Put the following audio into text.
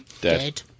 Dead